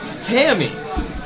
tammy